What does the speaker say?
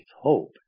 hope